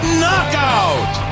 knockout